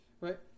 right